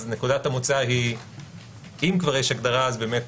אז נקודת המוצא היא שאם כבר יש הגדרה אז באמת